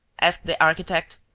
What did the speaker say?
asked the architect.